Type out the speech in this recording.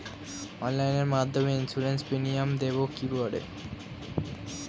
অনলাইনে মধ্যে insurance premium দেবো কি করে?